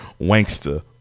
Wankster